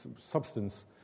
substance